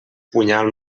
punyal